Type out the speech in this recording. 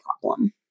problem